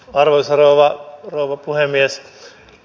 arvoisa rouva puhemies